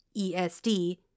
ESD